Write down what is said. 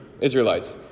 Israelites